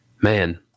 man